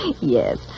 Yes